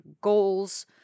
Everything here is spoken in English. goals